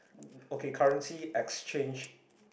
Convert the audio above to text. okay currency exchange